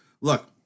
look